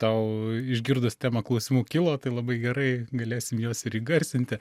tau išgirdus temą klausimų kilo tai labai gerai galėsim juos ir įgarsinti